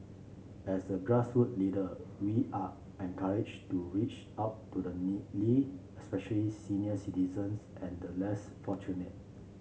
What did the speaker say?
as a grass roots leader we are encourage to reach out to the needy especially senior citizens and the less fortunate